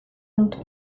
dut